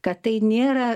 kad tai nėra